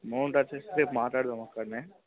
amount వచ్చి రేపు మాట్లాడదాం అక్కడ